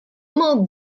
immer